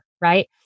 Right